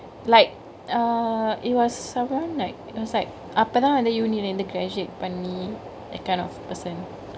like err it was someone like it was like அப்பதா வந்து:appethaa vanthu uni ல இருந்து:le irunthu graduate பன்னி:panni that kind of person